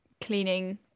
cleaning